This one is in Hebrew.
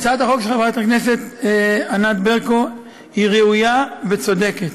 הצעת החוק של חברת הכנסת ברקו היא ראויה וצודקת.